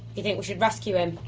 you think we should rescue him?